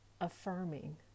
affirming